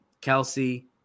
Kelsey